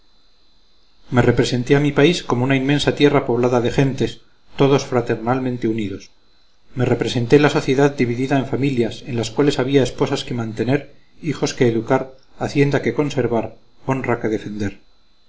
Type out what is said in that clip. me representé a mi país como una inmensa tierra poblada de gentes todos fraternalmente unidos me representé la sociedad dividida en familias en las cuales había esposas que mantener hijos que educar hacienda que conservar honra que defender